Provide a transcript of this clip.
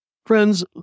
Friends